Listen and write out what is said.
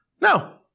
No